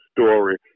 story